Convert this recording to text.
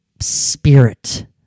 spirit